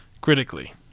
critically